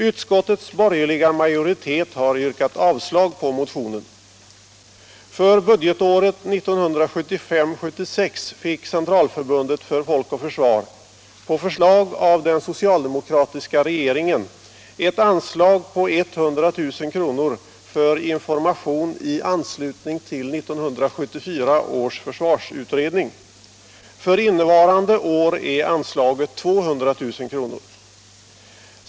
Utskottets borgerliga majoritet har avstyrkt motionen. För budgetåret 1975/76 fick Centralförbundet Folk och försvar på förslag av den socialdemokratiska regeringen ett anslag på 100 000 kr. för information i anslutning till 1974 års försvarsutredning. För innevarande år är anslaget 200 000 kr.